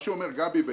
מה שאומר גבי,